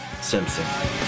Simpson